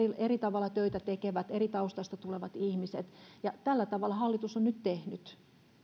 eri tavalla töitä tekevät eri taustoista tulevat ihmiset tällä tavalla hallitus on nyt tehnyt